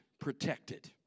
protected